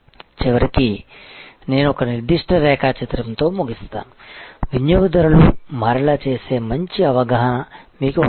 చివరికి నేను ఒక నిర్దిష్ట రేఖాచిత్రంతో ముగిస్తాను వినియోగదారులు మారేలా చేసే మంచి అవగాహన మీకు ఉండాలి